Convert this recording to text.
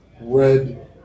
red